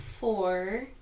four